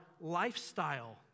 lifestyle